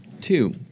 Two